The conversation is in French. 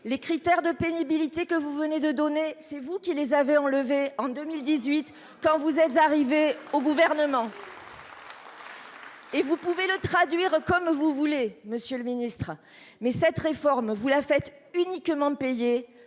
Les critères de pénibilité que vous venez de donner, c'est vous qui les avait enlevés en 2018. Quand vous êtes arrivé au gouvernement. Et vous pouvez le traduire comme vous voulez. Monsieur le Ministre mais cette réforme vous la faites uniquement de payer